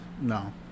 no